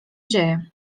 dzieje